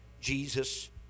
Jesus